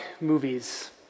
movies